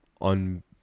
on